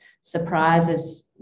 surprises